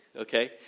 okay